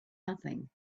nothing